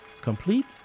complete